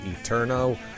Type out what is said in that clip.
Eterno